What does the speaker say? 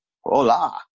Hola